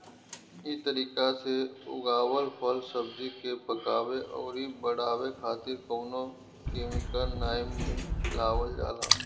इ तरीका से उगावल फल, सब्जी के पकावे अउरी बढ़ावे खातिर कवनो केमिकल नाइ मिलावल जाला